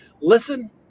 Listen